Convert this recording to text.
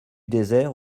désert